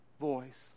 voice